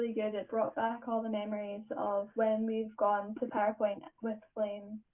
good. it brought back all the memories of when we've gone to powerpoint with flaim.